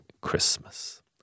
Christmas